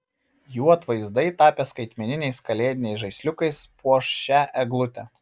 jų atvaizdai tapę skaitmeniniais kalėdiniais žaisliukais puoš šią eglutę